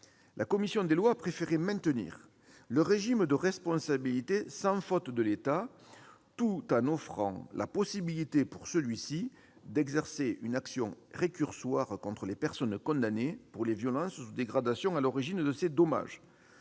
La commission des lois a préféré maintenir le régime de responsabilité sans faute de l'État, tout en offrant à celui-ci la possibilité d'exercer une action récursoire contre les personnes condamnées pour les violences ou dégradations à l'origine de ces dommages.